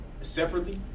separately